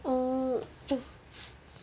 oh